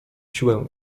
siłę